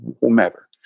whomever